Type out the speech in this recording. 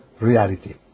reality